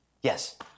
Yes